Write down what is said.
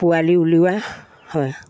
পোৱালি উলিওৱা হয়